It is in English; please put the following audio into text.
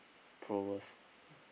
prowess